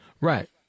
Right